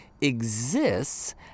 exists